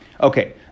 Okay